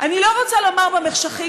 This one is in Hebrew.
אני לא רוצה לומר במחשכים,